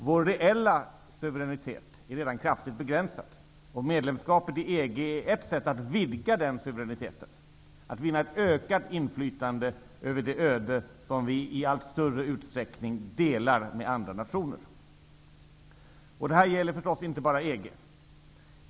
Vår reella suveränitet är redan kraftigt begränsad, och medlemskapet i EG är ett sätt att vidga suveräniteten, att vinna ett ökat inflytande över det öde som vi i allt större utsträckning delar med andra nationer. Det här gäller förstås inte bara EG.